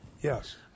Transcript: Yes